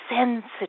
sensitive